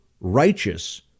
righteous